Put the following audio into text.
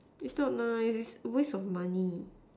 it's not nice it's a waste of money